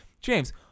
James